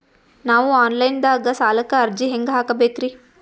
ನಾವು online ದಾಗ ಸಾಲಕ್ಕ ಅರ್ಜಿ ಹೆಂಗ ಹಾಕಬೇಕ್ರಿ?